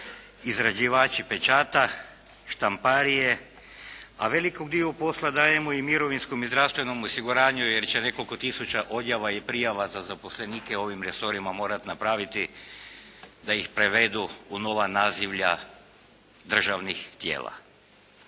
izrađivači pečata, štamparije, a veliki dio posla dajemo i mirovinskom i zdravstvenom osiguranju jer će nekoliko tisuća odjava i prijava za zaposlenike u ovim resorima morati napraviti da ih prevedu u nova nazivlja državnih tijela